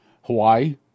Hawaii